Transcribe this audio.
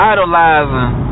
Idolizing